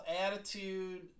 attitude